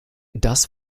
das